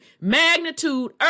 magnitude